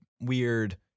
weird